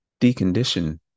Decondition